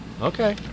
Okay